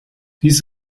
dies